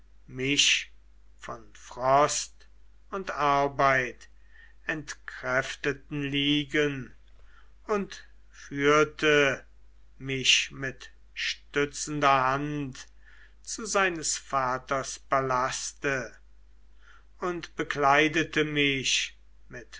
mich von frost und arbeit entkräfteten liegen und führte mich mit stützender hand zu seines vaters palaste und bekleidete mich mit